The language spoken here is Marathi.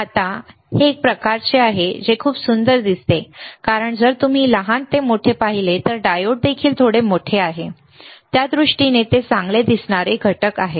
आता हे एक प्रकारचे आहे ते खूप सुंदर दिसते कारण जर तुम्ही लहान ते मोठे पाहिले तर डायोड देखील थोडे मोठे आहे त्या दृष्टीने त्याने ते चांगले दिसणारे घटक ठेवले आहेत